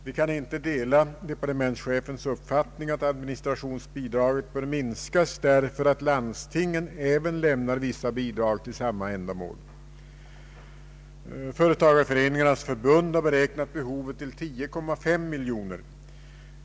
Vi kan inte dela departementschefens uppfattning att administrationsbidraget bör minskas därför att även landstingen lämnar vissa bidrag till samma ändamål. Företagareföreningarnas förbund har beräknat behovet till 10,5 miljoner kronor.